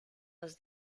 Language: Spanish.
los